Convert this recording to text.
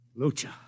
Lucha